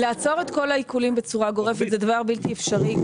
לעצור את כל העיקולים בצורה גורפת זה דבר בלתי אפשרי.